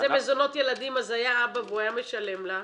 זה מזונות ילדים אז היה אבא והוא היה משלם לה,